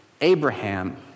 Abraham